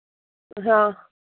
हाँ